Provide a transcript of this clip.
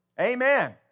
Amen